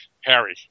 Harry